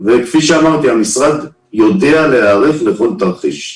והמשרד יודע להיערך לכל תרחיש.